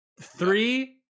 three